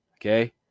Okay